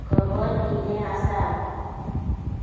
खबर कितें आसा